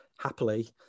happily